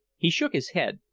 he shook his head,